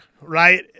right